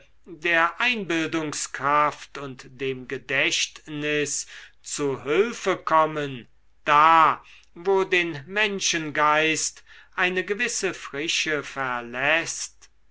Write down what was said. der einbildungskraft und dem gedächtnis zu hülfe kommen da wo den menschengeist eine gewisse frische verläßt